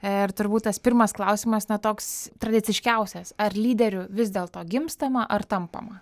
ir turbūt tas pirmas klausimas na toks tradiciškiausias ar lyderiu vis dėlto gimstama ar tampama